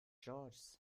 george’s